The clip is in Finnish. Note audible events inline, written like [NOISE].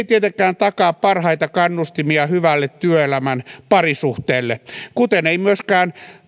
[UNINTELLIGIBLE] tietenkään takaa parhaita kannustimia hyvälle työelämän parisuhteelle kuten ei myöskään